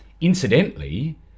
Incidentally